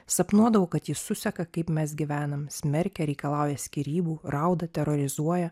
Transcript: sapnuodavau kad ji suseka kaip mes gyvenam smerkia reikalauja skyrybų rauda terorizuoja